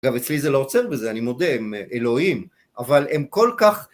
אגב אצלי זה לא עוצר בזה אני מודה הם אלוהים אבל הם כל כך